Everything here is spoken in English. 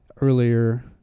earlier